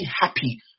happy